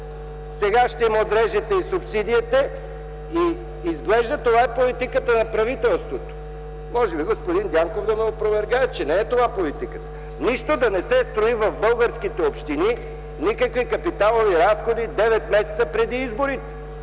сега ще им отрежете и субсидиите. Изглежда това е политиката на правителството – може би господин Дянков ще ме опровергае, че не е това политиката, нищо да не се строи в българските общини, никакви капиталови разходи 9 месеца преди изборите.